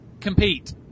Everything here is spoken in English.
compete